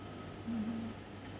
mmhmm